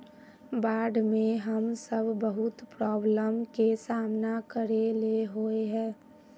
बाढ में हम सब बहुत प्रॉब्लम के सामना करे ले होय है?